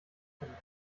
finden